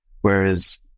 whereas